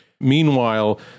Meanwhile